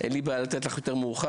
אין לי בעיה לתת לך יותר מאוחר,